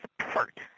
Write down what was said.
support